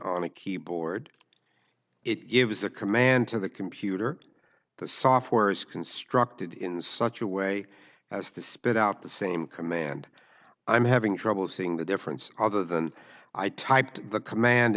on a keyboard it was a command to the computer the software is constructed in such a way as to spit out the same command i'm having trouble seeing the difference other than i typed the command